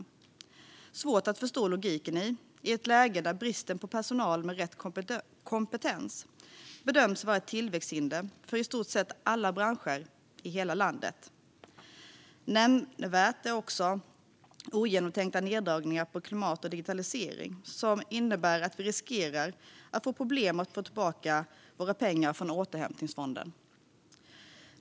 Det är svårt att förstå logiken i det i ett läge där bristen på personal med rätt kompetens bedöms vara ett tillväxthinder för i stort sett alla branscher i hela landet. Men värt att nämna är också ogenomtänkta neddragningar på klimat och digitalisering, som innebär att vi riskerar att få problem med att få tillbaka våra pengar från återhämtningsfonden.